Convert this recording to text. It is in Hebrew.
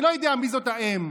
אני לא יודע מי זאת האם,